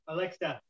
Alexa